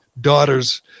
daughters